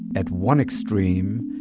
at one extreme,